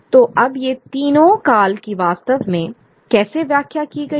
तो अब ये तीनों काल की वास्तव में कैसे व्याख्या की गई है